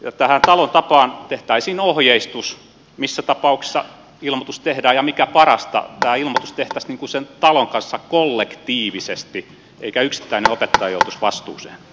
tähän talon tapaan tehtäisiin ohjeistus missä tapauksissa ilmoitus tehdään ja mikä parasta tämä ilmoitus tehtäisiin sen talon kanssa kollektiivisesti eikä yksittäinen opettaja joutuisi vastuuseen